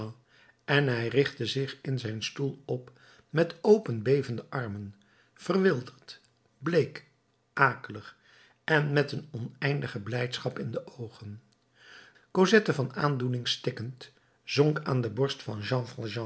en hij richtte zich in zijn stoel op met open bevende armen verwilderd bleek akelig en met een oneindige blijdschap in de oogen cosette van aandoening stikkend zonk aan de borst van